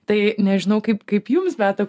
tai nežinau kaip kaip jums beata